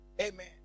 Amen